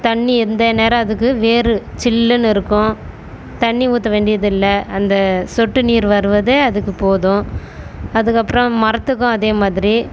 தண்ணி எந்த நேரம் அதுக்கு வேர் சில்லுன்னு இருக்கும் தண்ணி ஊற்ற வேண்டியதில்லை அந்த சொட்டு நீர் வருவதே அதுக்குப் போதும் அதுக்கப்புறம் மரத்துக்கும் அதே மாதிரி